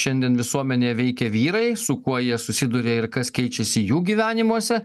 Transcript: šiandien visuomenėje veikia vyrai su kuo jie susiduria ir kas keičiasi jų gyvenimuose